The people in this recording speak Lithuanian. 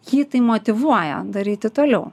jį tai motyvuoja daryti toliau